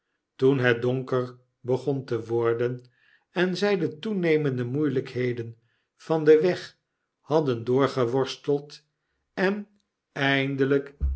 toen het donker begon te worden en zy de toenemende moeielykheden van den weg hadden doorgeworsteld en eindelijk